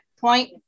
point